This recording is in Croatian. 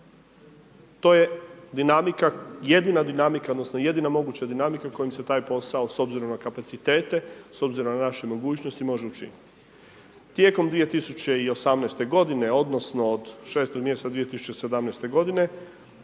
To je jedina moguća dinamika kojim se taj posao, s obzirom na kapacitete, s obzirom na naše mogućnosti može učiniti. Tijekom 2018. godine, odnosno od 6 mjeseca 2017. godine